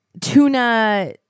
tuna